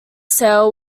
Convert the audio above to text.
sale